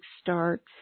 starts